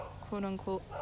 quote-unquote